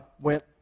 went